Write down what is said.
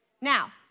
Now